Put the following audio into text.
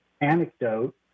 anecdote